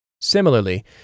Similarly